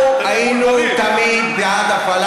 אנחנו היינו תמיד, זה ימין.